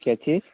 क्या चीज़